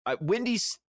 Wendy's